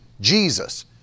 Jesus